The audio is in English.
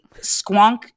squonk